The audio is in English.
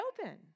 open